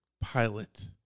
pilot